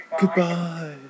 Goodbye